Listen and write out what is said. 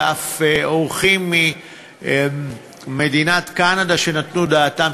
ואף אורחים ממדינת קנדה שנתנו דעתם,